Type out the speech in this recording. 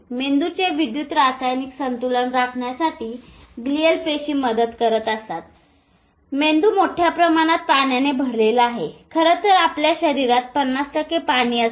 मेंदूचे विद्युत रासायनिक संतुलन राखण्यासाठी ग्लिअल पेशी मदत करत असतात मेंदू मोठ्या प्रमाणात पाण्याने भरलेला आहे खरंतर आपल्या शरीरात 50 टक्के पाणी असते